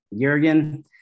jurgen